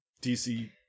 DC